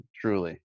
Truly